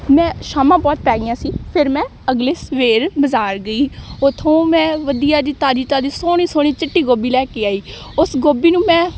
ਮੈਂ ਸ਼ਾਮਾਂ ਬਹੁਤ ਪੈ ਗਈਆਂ ਸੀ ਫਿਰ ਮੈਂ ਅਗਲੇ ਸਵੇਰ ਬਾਜ਼ਾਰ ਗਈ ਉੱਥੋਂ ਮੈਂ ਵਧੀਆ ਜਿਹੀ ਤਾਜ਼ੀ ਤਾਜ਼ੀ ਸੋਹਣੀ ਸੋਹਣੀ ਚਿੱਟੀ ਗੋਬੀ ਲੈ ਕੇ ਆਈ ਉਸ ਗੋਭੀ ਨੂੰ ਮੈਂ